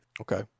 Okay